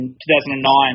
2009